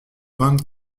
vingt